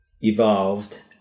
evolved